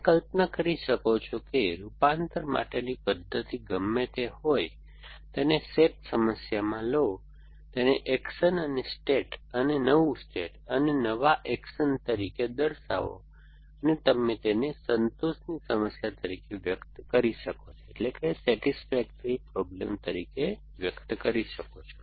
તમે કલ્પના કરી શકો છો કે રૂપાંતર માટેની પદ્ધતિ ગમે તે હોય તેને SAT સમસ્યા માં લો તેને એકશન અને સ્ટેટ અને નવું સ્ટેટ અને નવા એક્શન તરીકે દર્શાવો અને તમે તેને સંતોષની સમસ્યા તરીકે વ્યક્ત કરો છો